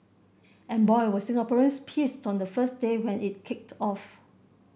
and boy were Singaporeans pissed on the first day when it kicked off